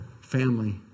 family